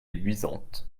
luisante